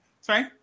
sorry